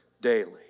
daily